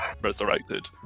resurrected